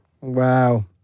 Wow